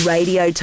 Radio